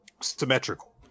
Symmetrical